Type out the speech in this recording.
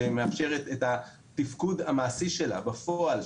שמאפשרת את התפקוד המעשי שלה בפועל,